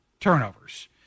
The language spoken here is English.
turnovers